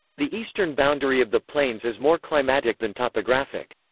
the eastern boundary of the plains is more climatic than topographic.